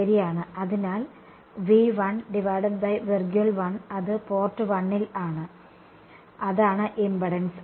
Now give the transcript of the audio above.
ശരിയാണ് അതിനാൽ അത് പോർട്ട് 1 ൽ ആണ് അതാണ് ഇംപെഡൻസ്